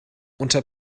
unter